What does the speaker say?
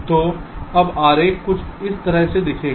तो अब आरेख कुछ इस तरह दिखेगा